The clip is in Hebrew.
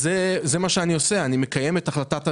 זה מה שאני עושה, אני מקיים את החלטת הממשלה.